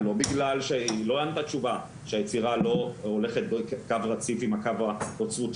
היא לא ענתה תשובה שהיצירה לא הולכת כקו רציף עם הקו האוצרתי